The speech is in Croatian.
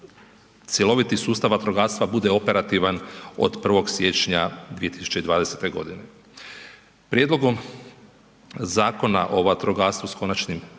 cjeloviti sustav vatrogastva bude operativan od 1. siječnja 2020. godine. Prijedlogom Zakona o vatrogastvu s konačnim